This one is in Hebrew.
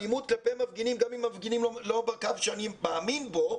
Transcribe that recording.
אלימות כלפי מפגינים גם אם מפגינים לא בקו שאני מאמין בו,